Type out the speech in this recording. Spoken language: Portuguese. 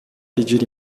pedir